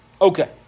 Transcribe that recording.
Okay